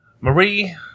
marie